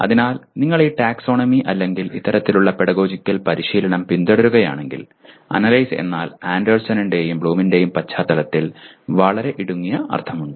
അതിനാൽ നിങ്ങൾ ഈ ടാക്സോണമി അല്ലെങ്കിൽ ഇത്തരത്തിലുള്ള പെഡഗോഗിക്കൽ പരിശീലനം പിന്തുടരുകയാണെങ്കിൽ അനലൈസ് എന്നാൽ ആൻഡേഴ്സണിന്റെയും ബ്ലൂമിന്റെയും പശ്ചാത്തലത്തിൽ വളരെ ഇടുങ്ങിയ അർത്ഥമുണ്ട്